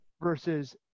versus